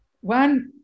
one